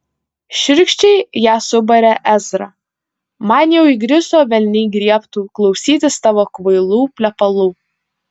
šiurkščiai ją subarė ezra man jau įgriso velniai griebtų klausytis tavo kvailų plepalų